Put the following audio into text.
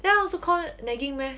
that [one] also called nagging meh